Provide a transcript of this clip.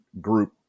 group